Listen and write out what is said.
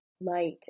light